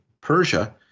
Persia